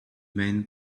man